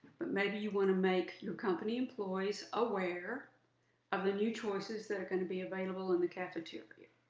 but maybe you want to make your company employees aware of the new choices that are going to be available in the cafeteria,